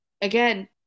again